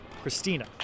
Christina